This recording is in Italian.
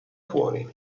fuori